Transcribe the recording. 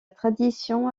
tradition